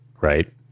right